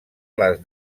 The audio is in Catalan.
les